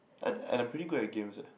I I'm pretty good at games eh